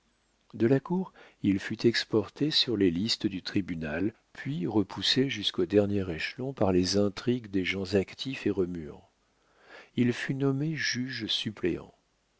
de la cour il fut exporté sur les listes du tribunal puis repoussé jusqu'au dernier échelon par les intrigues des gens actifs et remuants il fut nommé juge-suppléant